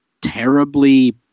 terribly